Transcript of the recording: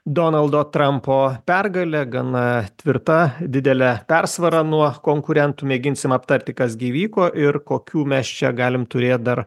donaldo trampo pergalė gana tvirta didelę persvarą nuo konkurentų mėginsim aptarti kas gi įvyko ir kokių mes čia galim turėt dar